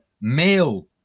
male